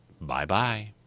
Bye-bye